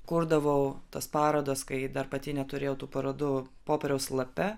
kurdavau tas parodas kai dar pati neturėjau tų parodų popieriaus lape